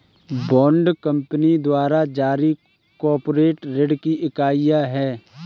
bond company द्वारा जारी corporate ऋण की इकाइयां हैं